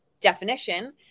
definition